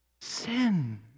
Sin